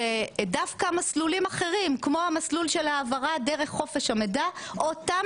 שדווקא מסלולים אחרים כמו מסלול של העברה דרך חופש המידע אותם